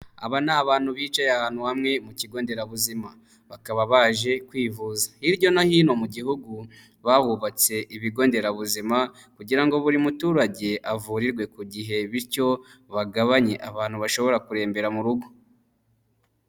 Aba ni abantu bicaye ahantu hamwe mu kigo nderabuzima, bakaba baje kwivuza. Hirya no hino mu gihugu bahubatse ibigo nderabuzima kugira ngo buri muturage avurirwe ku gihe, bityo bagabanye abantu bashobora kurembera mu rugo.